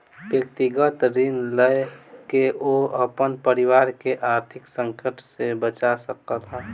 व्यक्तिगत ऋण लय के ओ अपन परिवार के आर्थिक संकट से बचा सकला